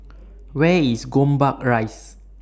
Where IS Gombak Rise